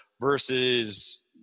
versus